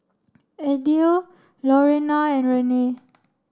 Idell Lurena and Renae